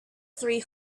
three